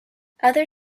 other